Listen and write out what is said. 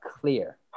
clear